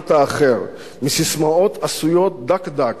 בהאשמת האחר, ססמאות עשויות דק-דק,